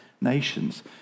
nations